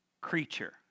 creature